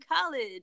college